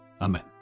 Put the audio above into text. Amen